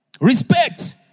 Respect